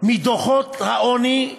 מדוחות העוני,